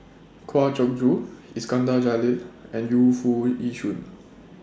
Kwa Geok Choo Iskandar Jalil and Yu Foo Yee Shoon